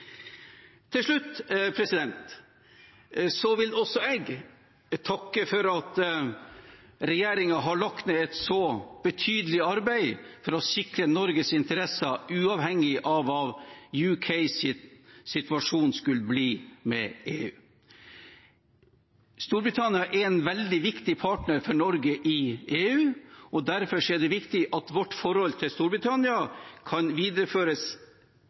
Til slutt vil også jeg takke for at regjeringen har lagt ned et så betydelig arbeid for å sikre Norges interesser, uavhengig av hva UKs situasjon med EU skulle bli. Storbritannia er en veldig viktig partner for Norge i EU, og derfor er det viktig at vårt forhold til Storbritannia kan videreføres